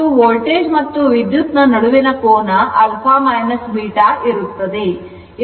ಮತ್ತು ವೋಲ್ಟೇಜ್ ಮತ್ತು ವಿದ್ಯುತ್ ನ ನಡುವಿನ ಕೋನ α β ಇರುತ್ತದೆ